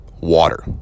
Water